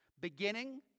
Beginning